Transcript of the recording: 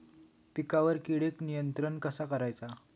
पिकावरची किडीक नियंत्रण कसा करायचा?